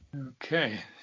Okay